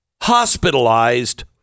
hospitalized